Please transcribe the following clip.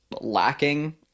lacking